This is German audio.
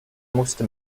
musste